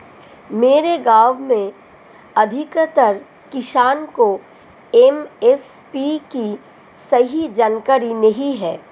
मेरे गांव में अधिकतर किसान को एम.एस.पी की सही जानकारी नहीं है